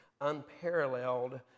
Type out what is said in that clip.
unparalleled